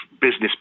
business